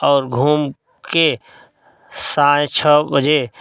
और घूम के साढ़े छः बजे